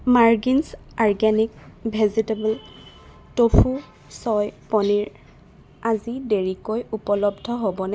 মাৰ্গিনছ্ organic vegetable tofu choy paneer আজি দেৰিকৈ উপলব্ধ হ'বনে